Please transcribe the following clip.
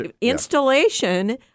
installation